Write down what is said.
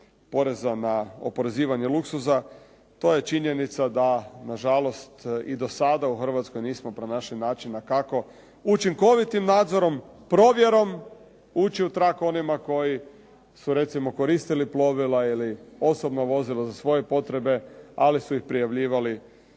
poreza na oporezivanje luksuza. To je činjenica da nažalost i do sada u Hrvatskoj nismo pronašli načina kako učinkovitim nadzorom, provjerom ući u trag onima koji su recimo koristili plovila ili osobna vozila za svoje potrebe, ali su ih prijavljivali